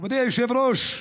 מכובדי היושב-ראש,